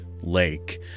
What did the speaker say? lake